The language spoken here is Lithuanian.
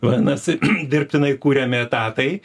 vadinasi dirbtinai kuriami etatai